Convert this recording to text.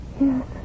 Yes